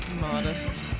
modest